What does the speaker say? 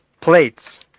plates